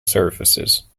surfaces